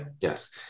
Yes